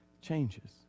changes